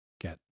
get